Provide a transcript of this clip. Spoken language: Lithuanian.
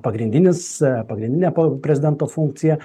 pagrindinis pagrindinė po prezidento funkcija